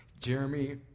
Jeremy